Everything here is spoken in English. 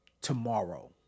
tomorrow